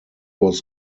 was